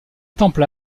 temple